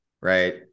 right